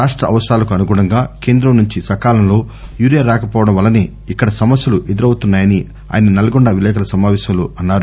రాష్ట అవసరాలకు అనుగుణంగా కేంద్రం నుంచి సకాలంలో యూరియా రాకపోవడం వల్లనే ఇక్కడ సమస్యలు ఎదురౌతున్నాయని ఆయన నల్గొండ విలేకరుల సమావేశంలో అన్నారు